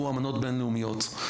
והוא אמנות בין לאומיות.